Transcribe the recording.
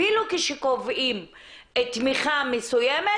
אפילו כאשר קובעים תמיכה מסוימת,